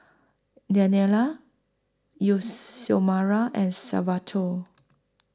Danielle Youth Xiomara and Salvatore